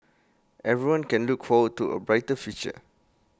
everyone can look forward to A brighter future